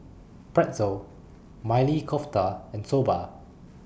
Pretzel Maili Kofta and Soba